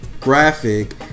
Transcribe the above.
graphic